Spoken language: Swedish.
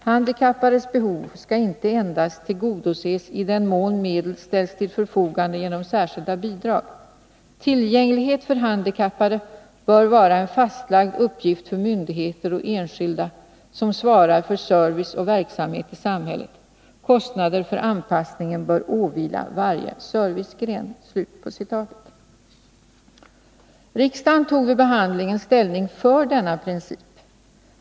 Handikappades behov skall inte endast tillgodoses i den mån medel ställs till förfogande genom särskilda bidrag. Tillgänglighet för handikappade bör vara en fastlagd uppgift för myndigheter och enskilda som svarar för service och verksamhet i samhället. Kostnader för anpassningen bör åvila varje servicegren.” Riksdagen tog vid behandlingen ställning för denna princip.